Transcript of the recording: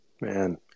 Man